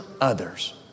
others